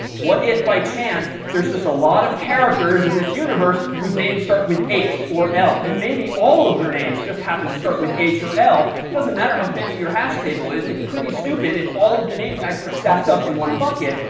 what if by chance there's just a lot of characters in this universe whose names start with h or l, and maybe all of their names just happened to start with h or l? it doesn't matter how fancy your hash table is, it's pretty stupid if all of the name tags are stacked up in a bucket.